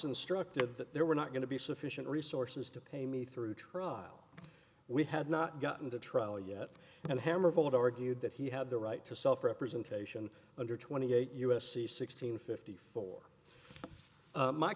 instructed that there were not going to be sufficient resources to pay me through trial we had not gotten to trial yet and hammer told argued that he had the right to self representation under twenty eight u s c sixteen fifty four